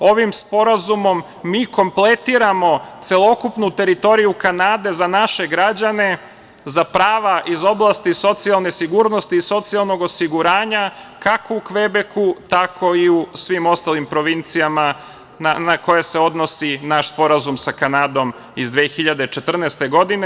Ovim sporazumom mi kompletiramo celokupnu teritoriju Kanade za naše građane, za prava iz oblasti socijalne sigurnosti i socijalnog osiguranja, kako u Kvebeku tako i u svim ostalim provincijama na koje se odnosi naš sporazum sa Kanadom iz 2014. godine.